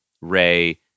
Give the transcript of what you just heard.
Ray